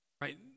right